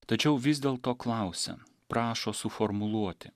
tačiau vis dėl to klausia prašo suformuluoti